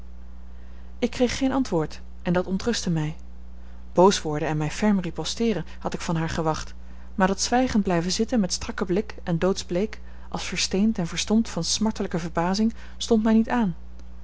ik kreeg geen antwoord en dat ontrustte mij boos worden en mij ferm riposteeren had ik van haar gewacht maar dat zwijgend blijven zitten met strakken blik en doodsbleek als versteend en verstomd van smartelijke verbazing stond mij niet aan